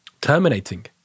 terminating